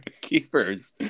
Keepers